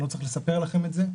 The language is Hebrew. אני לא צריך לספר לכם את זה,